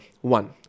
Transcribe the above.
one